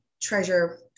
treasure